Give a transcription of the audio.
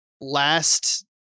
Last